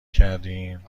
کردیم